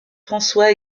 françois